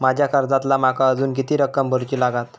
माझ्या कर्जातली माका अजून किती रक्कम भरुची लागात?